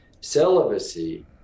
celibacy